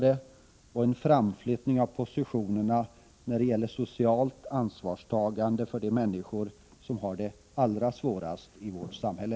Det skulle innebära en framflyttning av positionerna för socialt ansvarstagande när det gäller de människor som har det allra svårast i vårt samhälle.